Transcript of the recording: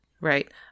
Right